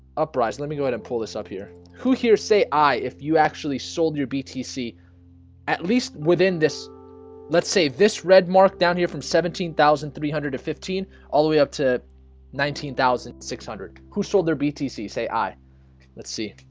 uprise let me go ahead and pull this up here who here say i if you actually sold your btc at least within this let's say this red mark down here from seventeen thousand three hundred to fifteen all the way up to nineteen thousand six hundred who sold their btc say i let's see